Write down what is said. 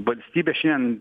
valstybė šiandien